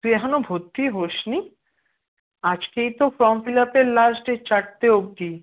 তুই এখনো ভর্তি হস নি আজকেই তো ফর্ম ফিল আপের লাস্ট ডেট চারটে অব্দি